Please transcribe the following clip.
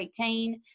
18